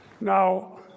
Now